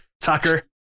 Tucker